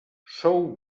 sou